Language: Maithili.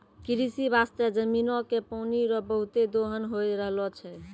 कृषि बास्ते जमीनो के पानी रो बहुते दोहन होय रहलो छै